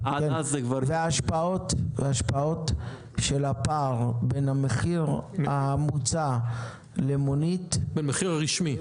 וההשפעות של הפער בין המחיר המוצע למונית -- בין המחיר הרשמי.